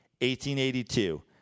1882